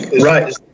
Right